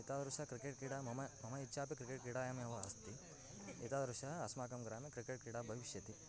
एतादृशी क्रिकेट् क्रीडा मम मम इच्छा तु क्रिकेट् क्रीडायामेव अस्ति एतादृशम् अस्माकं ग्रामे क्रिकेट् क्रीडा भविष्यति